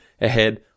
ahead